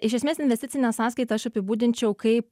iš esmės investicinę sąskaitą aš apibūdinčiau kaip